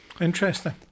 interesting